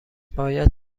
باید